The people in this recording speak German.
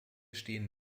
stehen